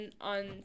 on